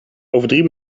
drie